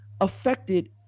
affected